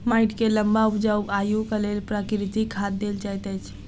माइट के लम्बा उपजाऊ आयुक लेल प्राकृतिक खाद देल जाइत अछि